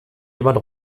jemand